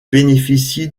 bénéficie